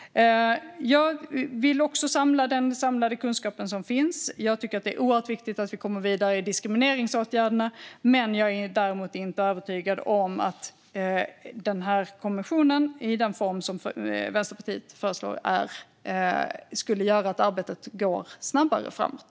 Jag vill också samla den kunskap som finns. Jag tycker att det är oerhört viktigt att vi kommer vidare med diskrimineringsåtgärderna. Däremot är jag inte övertygad om att en kommission i den form som Vänsterpartiet föreslår skulle göra att arbetet går snabbare framåt.